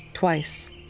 twice